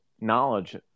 knowledge